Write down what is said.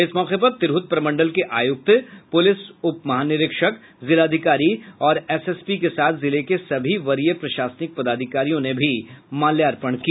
इस मौके पर तिरहुत प्रमंडल के आयुक्त पुलिस उप महानिरीक्षक जिलाधिकारी और एसएसपी के साथ जिले के सभी वरीय प्रशासनिक पदाधिकारियो ने भी माल्यार्पण किया